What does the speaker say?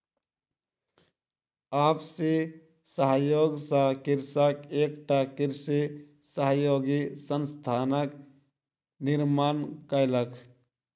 आपसी सहयोग सॅ कृषक एकटा कृषि सहयोगी संस्थानक निर्माण कयलक